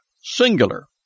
singular